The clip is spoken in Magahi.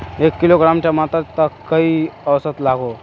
एक किलोग्राम टमाटर त कई औसत लागोहो?